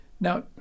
Now